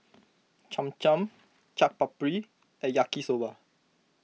Cham Cham Chaat Papri and Yaki Soba